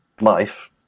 life